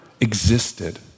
existed